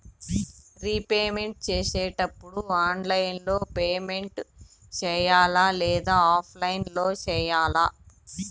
repayment సేసేటప్పుడు online లో payment సేయాలా లేదా ఆఫ్లైన్ లో సేయాలా